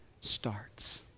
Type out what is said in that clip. starts